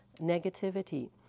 negativity